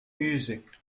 music